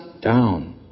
down